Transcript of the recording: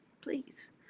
please